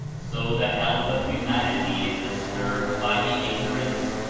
so the health of humanity is disturbed by the ignorance,